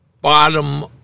bottom